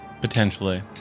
Potentially